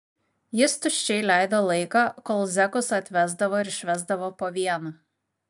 jis tuščiai leido laiką kol zekus atvesdavo ir išvesdavo po vieną